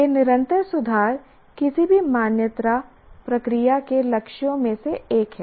यह निरंतर सुधार किसी भी मान्यता प्रक्रिया के लक्ष्यों में से एक है